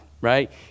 right